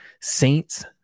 Saints